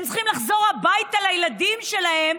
הם צריכים לחזור הביתה לילדים שלהם,